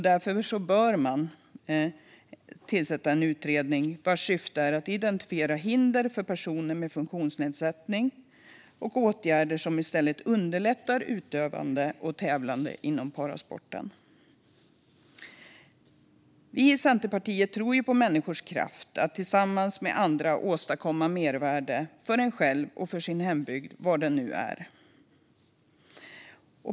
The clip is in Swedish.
Därför bör en utredning tillsättas vars syfte ska vara att identifiera hinder för personer med funktionsnedsättning och åtgärder som i stället underlättar utövande och tävlande inom parasport. Vi i Centerpartiet tror på människors kraft att tillsammans med andra åstadkomma mervärde både för sig själva och för sin hembygd, var den nu är.